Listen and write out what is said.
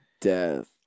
death